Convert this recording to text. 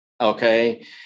Okay